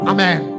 Amen